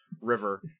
river